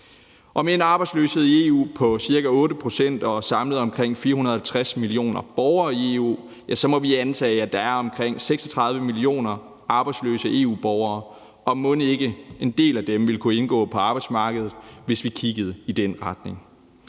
Og med en arbejdsløshed i EU på ca. 8 pct. ud af en samlet befolkning i EU på omkring 450 millioner må vi antage, at der er omkring 36 millioner arbejdsløse EU-borgere, og mon ikke en del af dem ville kunne indgå på arbejdsmarkedet, hvis vi kiggede i den retning?